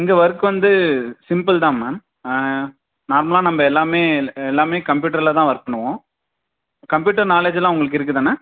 இங்கே ஒர்க் வந்து சிம்பிள்தாம்மா ஆ நார்மலாக நம்ம எல்லாமே எல்லாமே கம்ப்யூட்டரில்தான் ஒர்க் பண்ணுவோம் கம்ப்யூட்டர் நாலேஜ்லாம் உங்களுக்கு இருக்குதானே